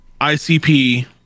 ICP